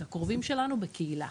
את הקרובים שלנו,